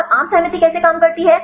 और आम सहमति कैसे काम करती है